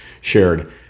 shared